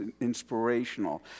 inspirational